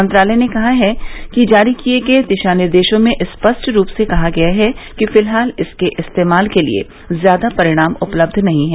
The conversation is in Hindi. मंत्रालय ने कहा है कि जारी किए गए दिशा निर्देशों में स्पष्ट रूप से कहा गया है कि फिलहाल इसके इस्तेमाल के लिए ज्यादा परिणाम उपलब्ध नहीं हैं